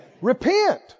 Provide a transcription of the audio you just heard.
repent